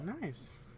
nice